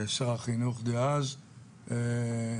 שר החינוך דאז המנוח,